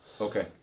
okay